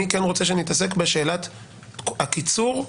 בשאלת הקיצור,